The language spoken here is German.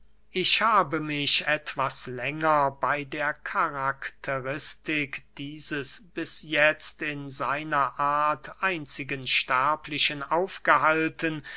ich habe mich etwas länger bey der karakteristik dieses bis jetzt in seiner art einzigen sterblichen aufgehalten